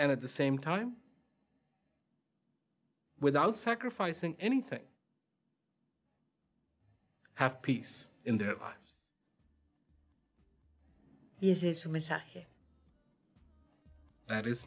and at the same time without sacrificing anything have peace in their lives if that is